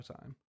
time